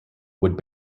would